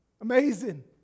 Amazing